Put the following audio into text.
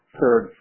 third